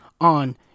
on